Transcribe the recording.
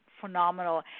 phenomenal